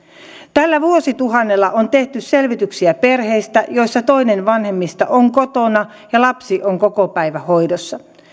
tällä vuosituhannella on tehty selvityksiä perheistä joissa toinen vanhemmista on kotona ja lapsi on kokopäivähoidossa